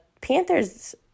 Panthers